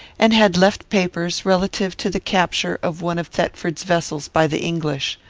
and had left papers relative to the capture of one of thetford's vessels by the english.